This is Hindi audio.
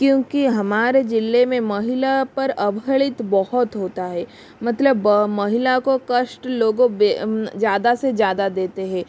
क्योंकि हमारे जिले में महिला पर अबहरित बहुत होता है मतलब महिला को कष्ट लोगों ज़्यादा से ज़्यादा देते हैं